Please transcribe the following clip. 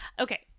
okay